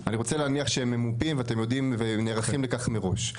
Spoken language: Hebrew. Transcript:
אני רוצה להניח שהם ממופים והם נערכים לכך מראש.